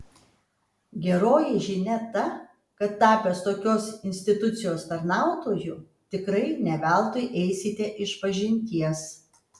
geroji žinia ta kad tapęs tokios institucijos tarnautoju tikrai ne veltui eisite išpažinties